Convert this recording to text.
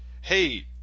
hey